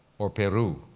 or peru?